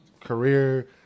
career